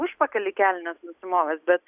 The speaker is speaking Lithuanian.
užpakalį kelnes nusimovęs bet